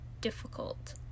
difficult